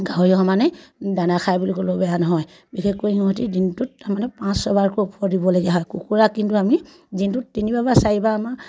গাহৰি সমানেই দানা খাই বুলি ক'লেও বেয়া নহয় বিশেষকৈ সিহঁতে দিনটোত তাৰমানে পাঁচ ছবাৰকৈ ওপৰত দিবলগীয়া হয় কুকুৰা কিন্তু আমি দিনটোত তিনিবাৰ বা চাৰিবাৰ আমাৰ